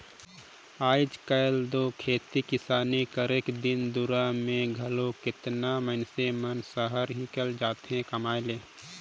आएज काएल दो खेती किसानी करेक दिन दुरा में घलो केतना मइनसे मन सहर हिंकेल जाथें कमाए ले